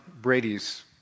Brady's